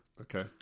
Okay